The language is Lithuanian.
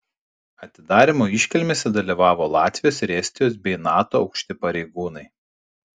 atidarymo iškilmėse dalyvavo latvijos ir estijos bei nato aukšti pareigūnai